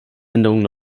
änderungen